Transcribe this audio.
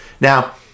Now